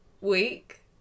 week